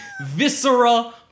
Viscera